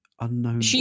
Unknown